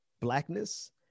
blackness